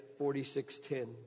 46.10